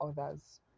others